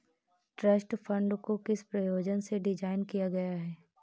Trust fund को किस प्रयोजन से डिज़ाइन किया गया है?